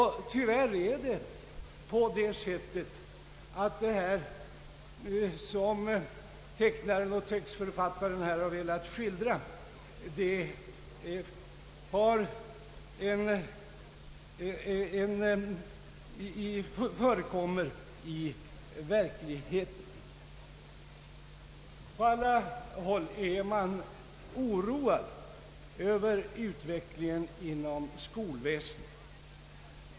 Tyvärr förekommer det, som tecknaren och textförfattaren velat skildra, i verkligheten. På alla håll är man oroad över utvecklingen inom skolväsendet.